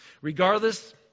Regardless